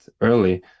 early